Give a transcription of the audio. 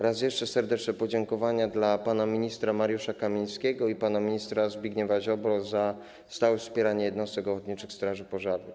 Raz jeszcze serdeczne podziękowania dla pana ministra Mariusza Kamińskiego i pana ministra Zbigniewa Ziobry za stałe wspieranie jednostek ochotniczych straży pożarnych.